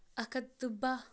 اَکھ ہَتھ تہٕ بَہہ